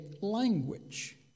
language